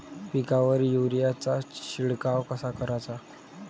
पिकावर युरीया चा शिडकाव कसा कराचा?